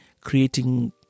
creating